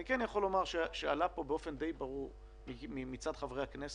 אני יכול לומר שעלתה פה באופן ברור למדי מצד חברי הכנסת,